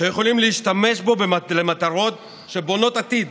והם היו יכולים להשתמש בו למטרות שבונות עתיד